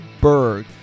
Berg